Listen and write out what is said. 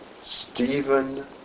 Stephen